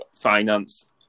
finance